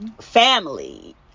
family